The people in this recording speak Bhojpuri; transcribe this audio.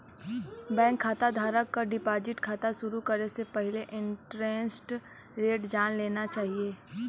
बैंक खाता धारक क डिपाजिट खाता शुरू करे से पहिले इंटरेस्ट रेट जान लेना चाही